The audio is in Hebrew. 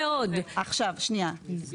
<< יור >> פנינה